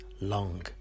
long